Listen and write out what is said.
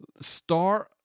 start